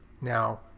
Now